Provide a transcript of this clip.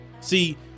See